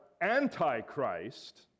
anti-christ